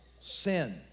sin